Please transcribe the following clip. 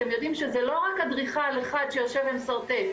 אתם יודעים שזה לא רק אדריכל אחד שיושב ומשרטט,